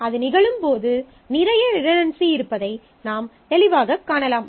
அது நிகழும்போது நிறைய ரிடன்டன்சி இருப்பதை நாம் தெளிவாகக் காணலாம்